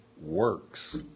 works